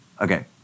Okay